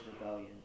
rebellion